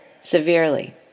severely